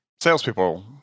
salespeople